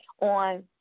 On